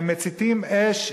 מציתים אש.